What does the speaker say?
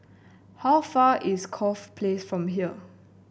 how far is Corfe Place from here